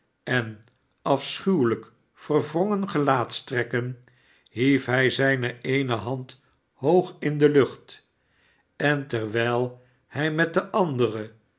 en afschuwelijk verwrongene gelaatstrekken hief hij zijne eene hand hoog in de lucht en terwijl hij met de andere